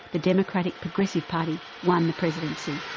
the democratic progressive party won the presidency.